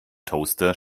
toaster